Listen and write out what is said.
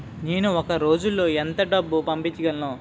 నేను ఒక రోజులో ఎంత డబ్బు పంపించగలను?